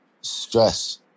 Stress